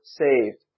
saved